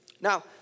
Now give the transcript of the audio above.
Now